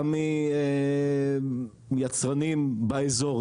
גם מיצרנים באזור,